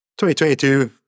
2022